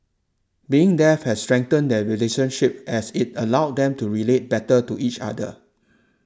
being deaf has strengthened their relationship as it allowed them to relate better to each other